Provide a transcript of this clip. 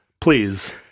please